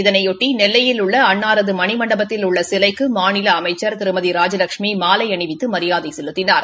இதனையொட்டி நெல்லையில் உள்ள அன்னாரது மணிமண்டபத்தில் உள்ள சிலைக்கு மாநில அமைச்சி திருமதி ராஜலஷ்மி மாலை அணிவித்து மரியாதை செலுத்தினார்